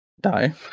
die